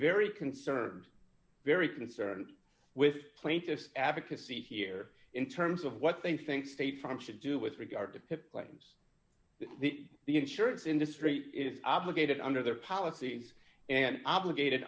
very concerned very concerned with plaintiffs advocacy here in terms of what they think state from should do with regard to plans the insurance industry is obligated under their policies and obligated